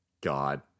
God